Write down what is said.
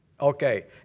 Okay